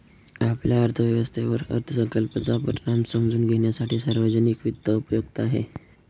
आपल्या अर्थव्यवस्थेवर अर्थसंकल्पाचा परिणाम समजून घेण्यासाठी सार्वजनिक वित्त उपयुक्त आहे